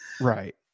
Right